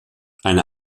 eine